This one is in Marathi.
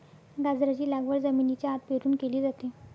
गाजराची लागवड जमिनीच्या आत पेरून केली जाते